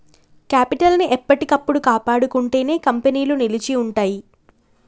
capital ని ఎప్పటికప్పుడు కాపాడుకుంటేనే కంపెనీలు నిలిచి ఉంటయ్యి